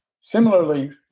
similarly